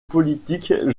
politique